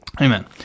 Amen